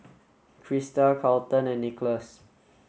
Christa Carlton and Nicholas